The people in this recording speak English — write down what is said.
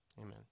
Amen